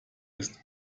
ist